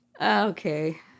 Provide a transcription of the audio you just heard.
Okay